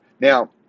Now